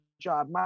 job